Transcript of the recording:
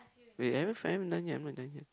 wait havehaven't find I'm not done yet I'm not done yet